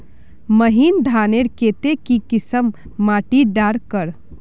महीन धानेर केते की किसम माटी डार कर?